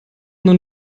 nun